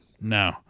No